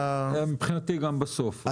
מבחינתי, גם בסוף.